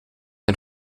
een